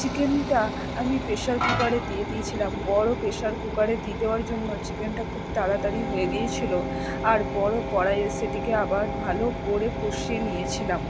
চিকেনটা আমি প্রেসার কুকারে দিয়ে দিয়েছিলাম বড়ো প্রেসার কুকারে দি দেওয়ার জন্য চিকেনটা খুব তাড়াতাড়ি হয়ে গিয়েছিলো আর বড়ো কড়াইয়ে সেটিকে আবার ভালো করে কষিয়ে নিয়েছিলাম